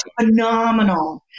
phenomenal